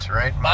right